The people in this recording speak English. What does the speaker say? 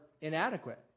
inadequate